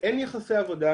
אין יחסי עבודה